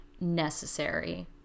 necessary